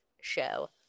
show